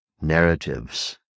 narratives